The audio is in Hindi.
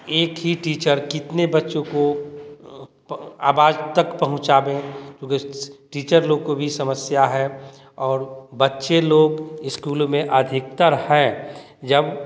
एक ही टीचर कितने बच्चों को आवाज तक पहुँचावे टीचर लोग को भी समस्या है और बच्चे लोग स्कूल में अधिकतर हैं जब